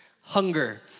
Hunger